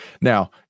now